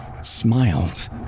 smiled